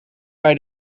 bij